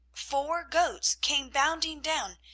four goats came bounding down,